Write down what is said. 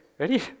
Ready